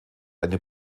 eine